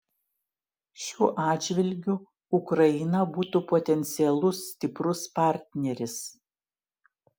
šiuo atžvilgiu ukraina būtų potencialus stiprus partneris